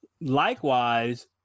Likewise